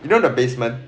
you know the basement